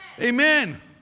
Amen